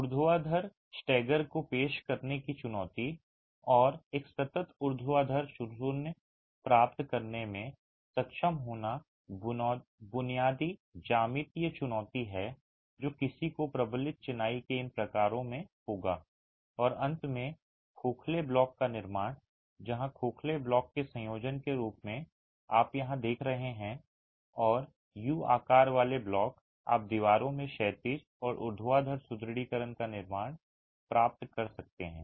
ऊर्ध्वाधर स्टैगर को पेश करने की चुनौती और एक सतत ऊर्ध्वाधर शून्य प्राप्त करने में सक्षम होना बुनियादी ज्यामितीय चुनौती है जो किसी को प्रबलित चिनाई के इन प्रकारों में होगा और अंत में खोखले ब्लॉक का निर्माण जहां खोखले ब्लॉक के संयोजन के रूप में आप यहां देख रहे हैं और यू आकार वाले ब्लॉक आप दीवारों में क्षैतिज और ऊर्ध्वाधर सुदृढीकरण का नेटवर्क प्राप्त कर सकते हैं